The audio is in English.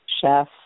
chef